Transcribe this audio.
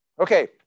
Okay